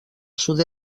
sud